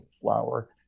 flower